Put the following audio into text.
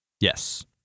Yes